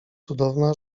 cudowna